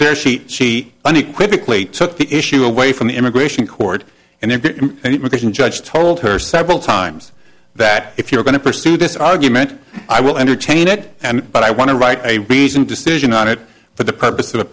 there she she unequivocally took the issue away from the immigration court and then you can judge told her several times that if you're going to pursue this argument i will entertain it but i want to write a reasoned decision on it for the purpose of